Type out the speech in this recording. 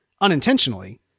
unintentionally